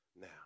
Now